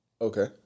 Okay